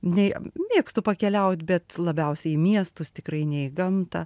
nei mėgstu pakeliaut bet labiausiai į miestus tikrai nei į gamta